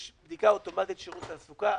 יש בדיקה אוטומטית בשירות התעסוקה.